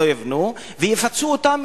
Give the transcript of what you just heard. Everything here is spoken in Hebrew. ויפצו אותם,